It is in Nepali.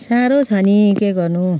साह्रो छ नि के गर्नु